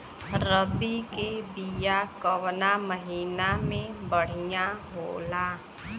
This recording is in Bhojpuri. रबी के बिया कवना महीना मे बढ़ियां होला?